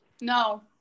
No